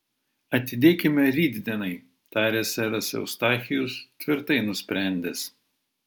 atidėkime rytdienai tarė seras eustachijus tvirtai nusprendęs